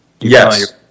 Yes